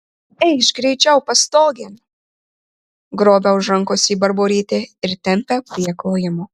eikš greičiau pastogėn grobia už rankos jį barborytė ir tempia prie klojimo